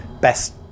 best